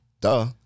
duh